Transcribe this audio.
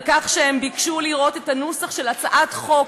על כך שהם ביקשו לראות את הנוסח של הצעת חוק,